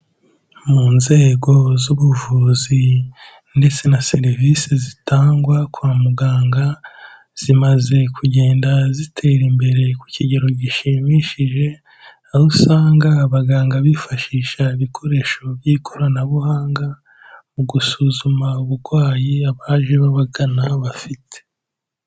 Mu nzego z'ubuvuzi, ndetse na serivisi zitangwa kwa muganga, zimaze kugenda zitera imbere ku kigero gishimishije, aho usanga abaganga bifashisha ibikoresho by'ikoranabuhanga, mu gusuzuma uburwayi abaje babagana bafite.